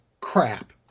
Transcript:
Crap